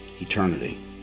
Eternity